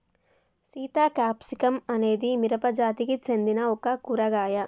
Sita capsicum అనేది మిరపజాతికి సెందిన ఒక కూరగాయ